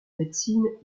médecine